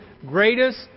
greatest